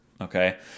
Okay